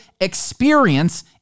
experience